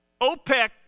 OPEC